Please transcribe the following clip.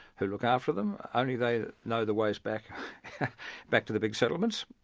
who look after them. only they know the ways back back to the big settlements,